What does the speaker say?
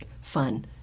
fun